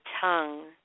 tongue